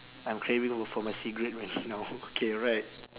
I'm craving for my cigarette right now okay right